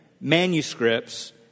manuscripts